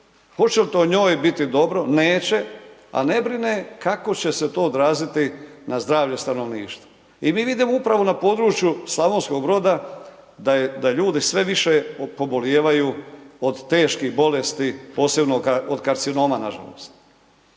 hoće li to njoj biti dobro, neće, a ne brine kako će se to odraziti na zdravlje stanovništva. I mi vidimo upravo na području Slavonskog Broda da ljudi sve više pobolijevaju od teških bolesti posebno od karcinoma, nažalost.